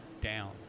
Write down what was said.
down